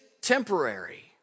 temporary